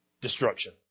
Destruction